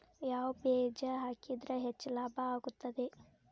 ಯಾವ ಬೇಜ ಹಾಕಿದ್ರ ಹೆಚ್ಚ ಲಾಭ ಆಗುತ್ತದೆ?